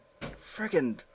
Friggin